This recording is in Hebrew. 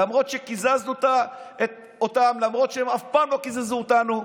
למרות שקיזזנו אותם למרות שהם אף פעם לא קיזזו אותנו.